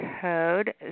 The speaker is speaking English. code